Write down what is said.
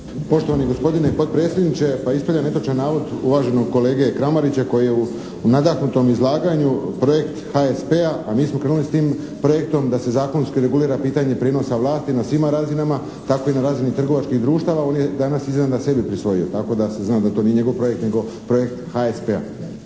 Poštovani gospodine potpredsjedniče, pa ispravljam netočan navod uvaženog kolege Kramarića koji je u nadahnutom izlaganju projekt HSP-a, a mi smo krenuli s tim projektom, da se zakonski regulira pitanje prijenosa vlasti na svima razinama tako i na razini trgovačkih društava. On je danas izgleda sebi prisvojio, tako da se zna da to nije njegov projekt nego projekt HSP-a.